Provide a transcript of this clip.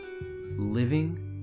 living